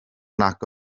nag